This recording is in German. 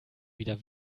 wieder